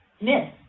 miss